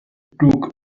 took